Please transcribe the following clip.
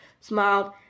Smiled